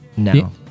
No